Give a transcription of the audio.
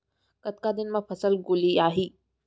कतका दिन म फसल गोलियाही?